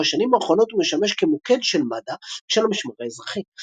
ובשנים האחרונות הוא משמש כמוקד של מד"א ושל המשמר האזרחי.